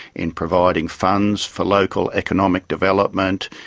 in providing funds for local economic development,